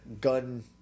gun